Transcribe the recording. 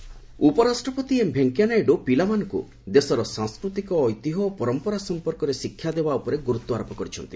ନାଇଡ୍ children ଉପରାଷ୍ଟ୍ରପତି M Venkaiah Naidu ପିଲାମାନଙ୍କୁ ଦେଶର ସାଂସ୍କୃତିକ ଐତିହ୍ୟ ଓ ପରମ୍ପରା ସମ୍ପର୍କରେ ଶିକ୍ଷା ଦେବା ଉପରେ ଗୁରୁତ୍ୱ ଆରୋପ କରିଛନ୍ତି